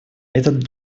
этот